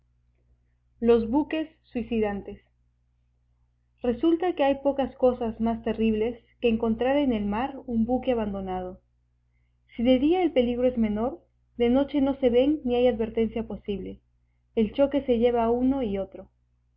los buques suicidantes resulta que hay pocas cosas más terribles que encontrar en el mar un buque abandonado si de día el peligro es menor de noche no se ven ni hay advertencia posible el choque se lleva a uno y otro